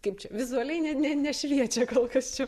kaip čia vizualiai ne ne nešviečia kol kas čia